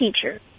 teacher